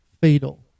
fatal